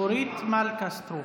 אורית מלכה סטרוק.